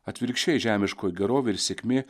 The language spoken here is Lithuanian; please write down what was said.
atvirkščiai žemiškoji gerovė ir sėkmė